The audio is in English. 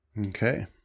Okay